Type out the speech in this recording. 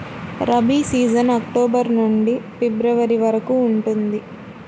rabi season October నుండి February వరకు ఉంటుంది